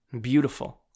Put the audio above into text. beautiful